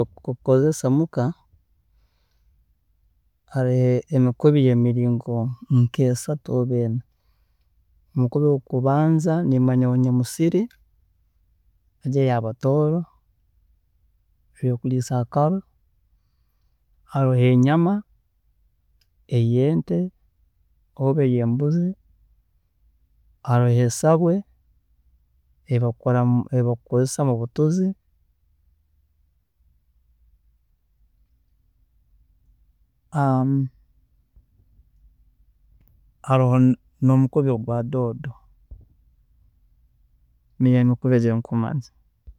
﻿Oku- tukukozesa muka, haroho emikubi yemiringo nk'esatu oba ena, omukubi ogwokubanza nimanyaho enyamusiri egi eyabatooro eyokuriisa akaro, haroho enyama eyente oba eyembuzi, haroho esabwe eyi bakora, eyi bakukozesa mubutuzi, haroho n'omukubi ogwa doodo, niyo emikubi eyi nkumanya.